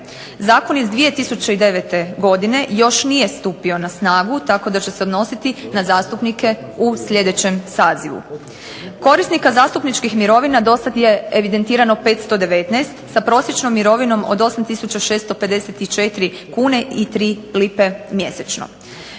Zakon iz 2009. godine još nije stupio na snagu, tako da će se odnositi na zastupnike u sljedećem sazivu. Korisnika zastupničkih mirovina do sad je evidentirano 519 sa prosječnom mirovinom od 8654 kune i 3 lipe mjesečno.